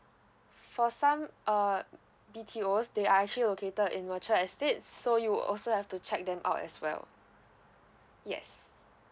for some uh details they are actually located in mature estates so you also have to check them out as well yes